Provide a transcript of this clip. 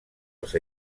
els